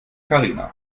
karina